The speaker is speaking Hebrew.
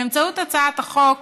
באמצעות הצעת החוק